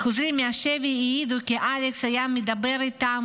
החוזרים מהשבי העידו כי אלכס היה מדבר איתם